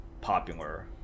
popular